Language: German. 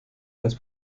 als